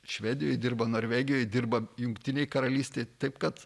švedijoj dirba norvegijoj dirba jungtinėj karalystėj taip kad